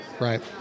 Right